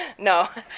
and no.